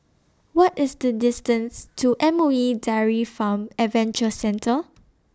What IS The distance to M O E Dairy Farm Adventure Centre